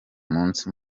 munsi